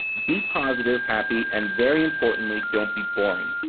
be positive, happy, and very importantly don't be boring.